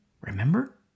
remember